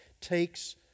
takes